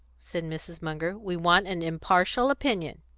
said mrs. munger. we want an impartial opinion.